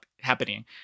happening